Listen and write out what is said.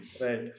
Right